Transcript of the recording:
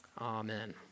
Amen